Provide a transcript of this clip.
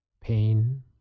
Pain